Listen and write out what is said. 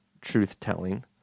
truth-telling